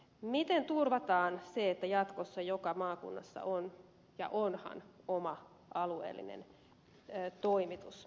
miten turvataan se että jatkossa joka maakunnassa on ja onhan oma alueellinen toimitus